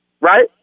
right